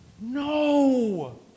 No